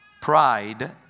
pride